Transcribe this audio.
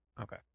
Okay